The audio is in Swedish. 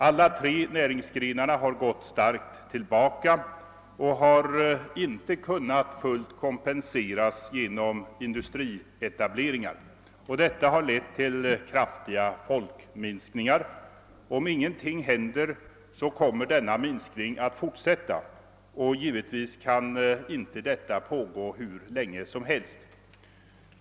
Alla tre näringsgrenarna har gått starkt tillbaka och har inte kunnat fullt kompenseras genom industrietableringar. Detta har lett till en kraftig folkminskning. Om ingenting händer, kommer denna minskning att fortsätta, och detta kan givetvis inte pågå hur länge som helst.